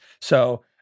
So-